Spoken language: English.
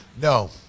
No